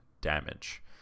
damage